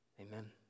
Amen